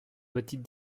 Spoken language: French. petit